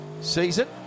season